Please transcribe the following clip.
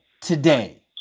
today